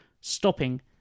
Stopping